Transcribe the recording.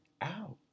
out